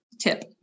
Tip